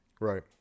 Right